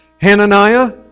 Hananiah